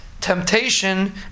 temptation